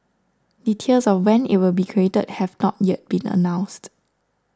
details of when it will be created have not yet been announced